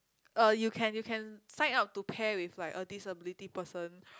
uh you can you can sign up to pair with like a disability person